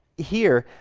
here,